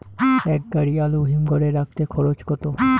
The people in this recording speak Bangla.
এক গাড়ি আলু হিমঘরে রাখতে খরচ কত?